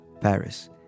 Paris